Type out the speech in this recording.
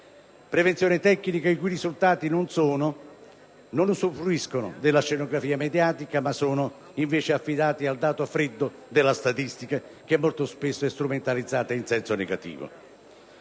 territoriali, e i suoi risultati non usufruiscono della scenografia mediatica, ma sono invece affidati al dato freddo della statistica, molto spesso strumentalizzata in senso negativo.